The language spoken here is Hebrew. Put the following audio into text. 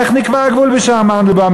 איך נקבע הגבול בשער מנדלבאום,